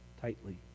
tightly